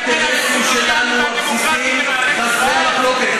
על האינטרסים שלנו הבסיסיים וחסרי המחלוקת.